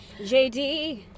JD